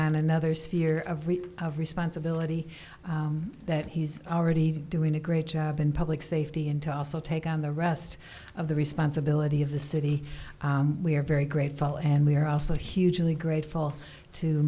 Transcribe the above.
on another sphere of reach of responsibility that he's already doing a great job in public safety and to also take on the rest of the responsibility of the city we are very grateful and we are also hugely grateful to